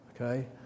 Okay